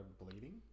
bleeding